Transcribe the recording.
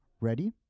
ready